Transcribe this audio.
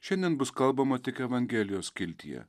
šiandien bus kalbama tik evangelijos skiltyje